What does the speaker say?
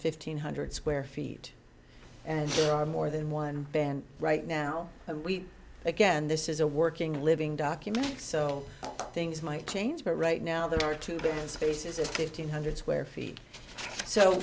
fifteen hundred square feet and there are more than one band right now and we again this is a working living document so things might change but right now there are two spaces of fifteen hundred square feet so